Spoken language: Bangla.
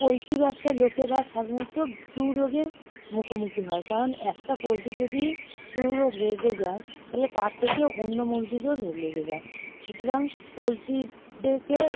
পোলট্রি ব্যবসার লোকেরা সাধারণত ফ্লু রোগের মুখোমুখি হয় কারণ একটা পোলট্রি যদি ফ্লু রোগ লেগে যায় তাহলে তার থেকে অন্য মুরগিদেরও লেগে যায় সুতরাং পোলট্রিদেরকে